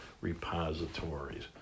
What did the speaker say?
repositories